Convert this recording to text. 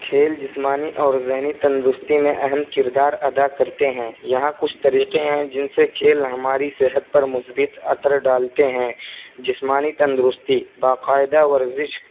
کھیل جسمانی اور ذہنی تندرستی میں اہم کردار ادا کرتے ہیں یہاں کچھ طریقے ہیں جن سے کھیل ہماری صحت پر مثبت اثر ڈالتے ہیں جسمانی تندرستی باقاعدہ ورزش